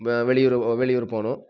வெளியூர் வெளியூர் போகணும்